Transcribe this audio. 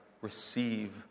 receive